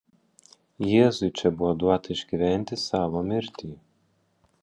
jėzui čia buvo duota išgyventi savo mirtį